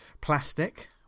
Plastic